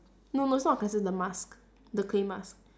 no no it's not the cleanser the mask the clay mask